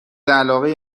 علاقه